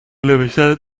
نوشتن